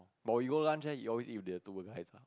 but when you go lunch leh you always eat with the two guys ah